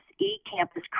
e-campus